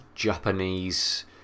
Japanese